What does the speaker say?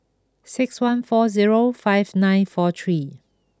six one four zero five nine four three